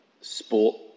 sport